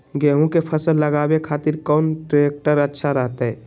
गेहूं के फसल लगावे खातिर कौन ट्रेक्टर अच्छा रहतय?